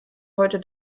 heute